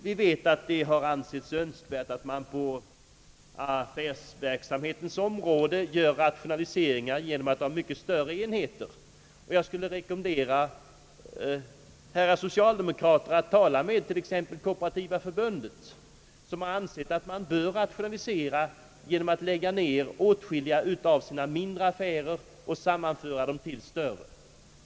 Vi vet att det ansetts önskvärt att det på affärsverksamhetens område görs rationaliseringar genom sammanläggning till större enheter, och jag skulle rekommendera herrar socialdemokrater att i denna fråga tala med t.ex. Kooperativa förbundet, som har ansett att man bör rationalisera genom att lägga ned mindre butiker och sammanföra dem till större.